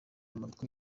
amatwi